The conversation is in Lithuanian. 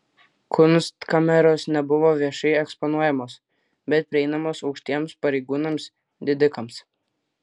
kunstkameros nebuvo viešai eksponuojamos bet prieinamos aukštiems pareigūnams didikams